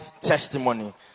testimony